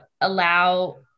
allow